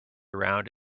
round